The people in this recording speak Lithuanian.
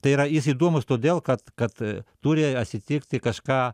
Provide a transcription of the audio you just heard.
tai yra jis įdomus todėl kad kad turi atsitikti kažką